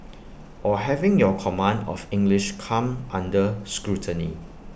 or having your command of English come under scrutiny